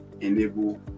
enable